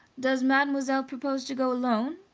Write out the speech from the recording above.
does mademoiselle propose to go alone?